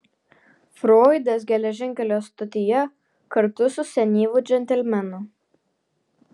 froidas geležinkelio stotyje kartu su senyvu džentelmenu